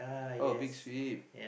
oh Big Sweep